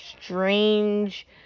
strange